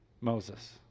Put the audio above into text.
Moses